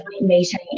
meeting